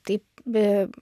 taip be